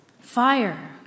fire